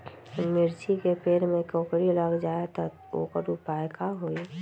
मिर्ची के पेड़ में कोकरी लग जाये त वोकर उपाय का होई?